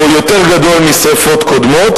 הוא יותר גדול משרפות קודמות,